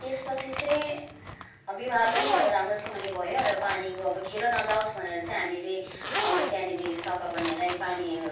त्यसपछि चाहिँ विवाह पनि अब राम्रोसँगले भयो र पानीको अब खेर नजाओस् भनेर चाहिँ हामीले अब त्यहाँनिर सफा गर्नेहरूलाई पानी